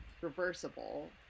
reversible